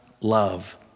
love